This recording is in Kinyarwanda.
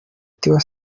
tiwa